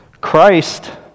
Christ